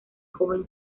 joven